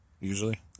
usually